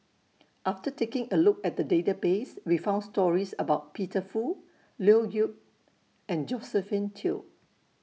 after taking A Look At The Database We found stories about Peter Fu Leo Yip and Josephine Teo